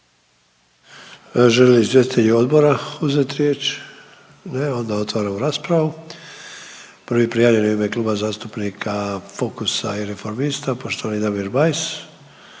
Žele li izvjestitelji odbora uzeti riječ? Ne, onda otvaram raspravu. Prvi prijavljeni u ime Kluba zastupnika Fokusa i Reformista poštovani Damir Bajs,